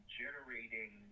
generating